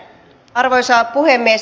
arvoisa puhemies